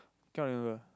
cannot remember